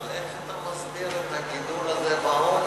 אבל איך אתה מסביר את הגידול הזה בעוני,